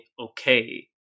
okay